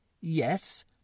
Yes